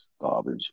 Garbage